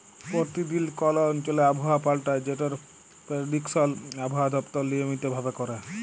পরতিদিল কল অঞ্চলে আবহাওয়া পাল্টায় যেটর পেরডিকশল আবহাওয়া দপ্তর লিয়মিত ভাবে ক্যরে